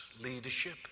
leadership